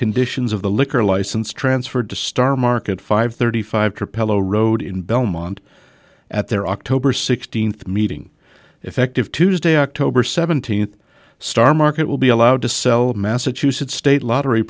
conditions of the liquor license transferred to star market five thirty five capello road in belmont at their october sixteenth meeting effective tuesday october seventeenth star market will be allowed to sell massachusetts state lottery